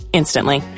instantly